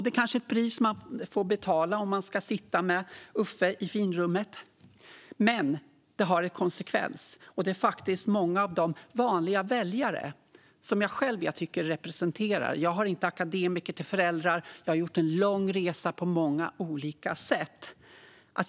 Det kanske är ett pris man får betala om man ska sitta med Uffe i finrummet, men det får en konsekvens. Det handlar om många av de vanliga väljare som jag tycker att jag representerar eftersom jag själv inte har akademiker till föräldrar och eftersom jag har gjort en lång resa på många olika sätt.